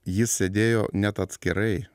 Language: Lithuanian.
jis sėdėjo net atskirai